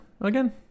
again